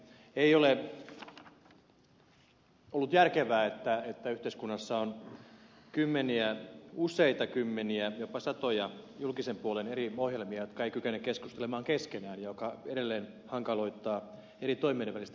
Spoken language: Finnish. ei ole ollut järkevää että yhteiskunnassa on useita kymmeniä jopa satoja julkisen puolen eri ohjelmia jotka eivät kykene keskustelemaan keskenään mikä edelleen hankaloittaa eri toimijoiden välistä yhteistyötä